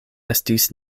estis